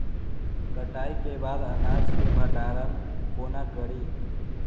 कटाई के बाद अनाज के भंडारण कोना करी?